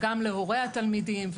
וגם להורי התלמידים,